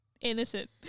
innocent